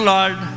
Lord